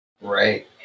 Right